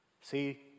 See